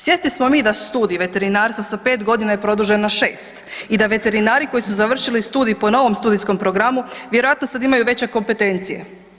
Svjesno smo mi da studij veterinarstva sa 5 g. je produžen na 6 i da veterinari koji su završili studij po novom studijskom programu, vjerojatno sad imaju veće kompetencije.